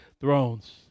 thrones